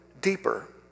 deeper